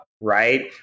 right